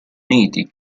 uniti